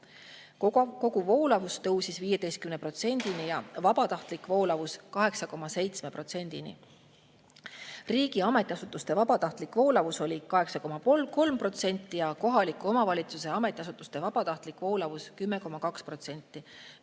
koguvoolavus tõusis 15%‑ni ja vabatahtlik voolavus 8,7%‑ni. Riigi ametiasutuste vabatahtlik voolavus oli 8,3% ja kohaliku omavalitsuse ametiasutuste vabatahtlik voolavus 10,2%,